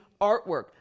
artwork